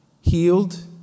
healed